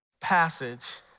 passage